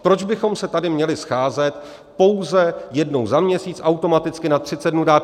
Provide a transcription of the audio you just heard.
Proč bychom se tady měli scházet pouze jednou za měsíc, automaticky na 30 dnů dát...